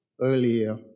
earlier